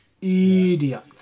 Idiot